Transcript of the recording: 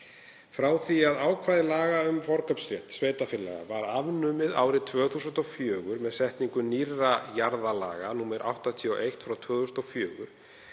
Frá því að ákvæði laga um forkaupsrétt sveitarfélaga var afnumið árið 2004 með setningu nýrra jarðalaga, nr. 81/2004,